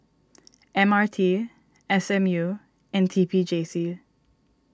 M R T S M U and T P J C